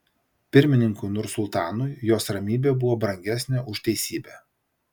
pirmininkui nursultanui jos ramybė buvo brangesnė už teisybę